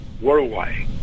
worldwide